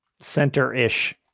Center-ish